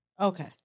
Okay